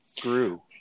grew